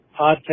podcast